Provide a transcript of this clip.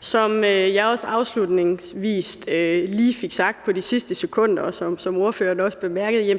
Som jeg også afslutningsvis lige fik sagt i de sidste sekunder – som ordføreren også bemærkede –